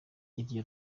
iryo